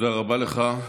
תודה רבה לך.